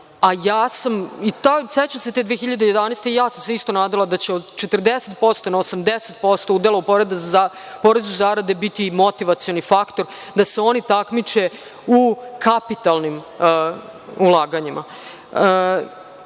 tog zakona. Sećam se te 2011. godine, i ja sam se isto nadala da će od 40% na 80% udela u porezu za zarade biti motivacioni faktor, da se oni takmiče u kapitalnim ulaganjima. Kada